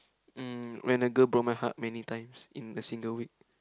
mm when a girl broke my heart many times in a single week